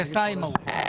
היא עשתה עם הראש.